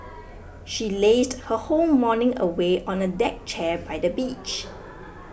she lazed her whole morning away on a deck chair by the beach